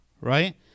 right